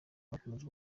bakomeje